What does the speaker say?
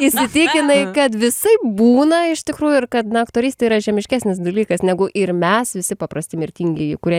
įsitikinai kad visaip būna iš tikrųjų ir kad na aktorystė yra žemiškesnis dalykas negu ir mes visi paprasti mirtingieji kurie